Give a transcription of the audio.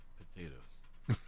potatoes